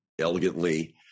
elegantly